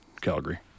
Calgary